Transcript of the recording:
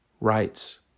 rights